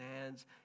hands